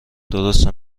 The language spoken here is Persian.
درسته